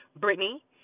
Brittany